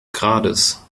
grades